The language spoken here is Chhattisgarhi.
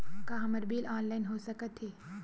का हमर बिल ऑनलाइन हो सकत हे?